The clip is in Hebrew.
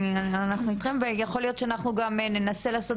אנחנו איתכם ויכול להיות שאנחנו גם ננסה לעשות